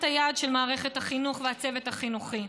היד של מערכת החינוך והצוות החינוכי.